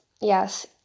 yes